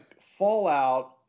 fallout